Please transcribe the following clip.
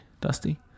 Dusty